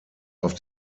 auf